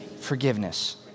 forgiveness